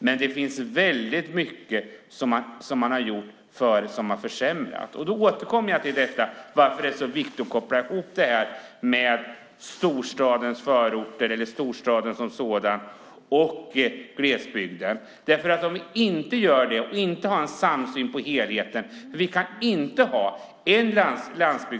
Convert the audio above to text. Man har dock gjort mycket som har försämrat. Jag återkommer till varför det är så viktigt att koppla ihop storstadens förorter eller storstaden som sådan med glesbygden. Om vi inte gör det och inte har en samsyn på helheten kommer vi nämligen inte att klara målet.